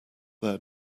there